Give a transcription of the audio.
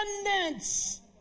abundance